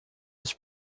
his